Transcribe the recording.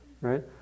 right